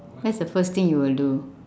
that's the first thing you will do